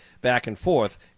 back-and-forth